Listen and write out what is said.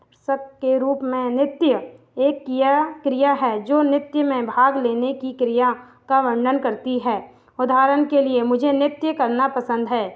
दर्शक के रूप में नृत्य एक किया क्रिया है जो नृत्य में भाग लेने की क्रिया का वर्णन करती है उधारण के लिए मुझे नृत्य करना पसंद है